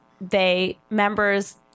they—members—